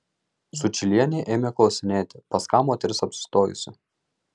sučylienė ėmė klausinėti pas ką moteris apsistojusi